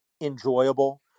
enjoyable